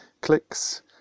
clicks